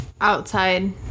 outside